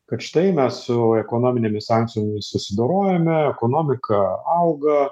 kad štai mes su ekonominėmis sankcijomis susidorojome ekonomika auga